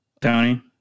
Tony